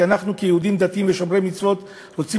שאנחנו כיהודים דתיים ושומרי מצוות רוצים